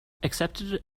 accepted